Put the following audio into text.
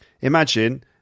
imagine